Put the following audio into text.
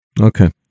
Okay